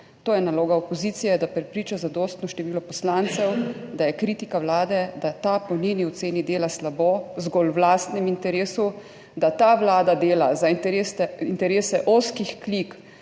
to je naloga opozicije, da prepriča zadostno število poslancev, da je kritika vlade, da ta po njeni oceni dela slabo, zgolj v lastnem interesu, da ta Vlada dela za interese,